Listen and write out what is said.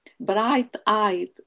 bright-eyed